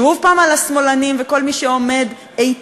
שוב פעם על השמאלנים ועל כל מי שעומד איתן